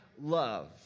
love